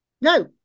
No